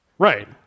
Right